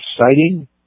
exciting